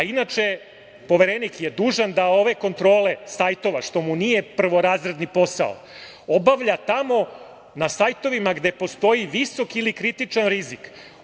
Inače, Poverenik je dužan da ove kontrole sajtova, što mu nije prvorazredni posao, obavlja tamo na sajtovima gde postoji visok ili kritičan rizik.